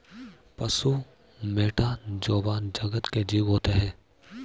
पशु मैटा जोवा जगत के जीव होते हैं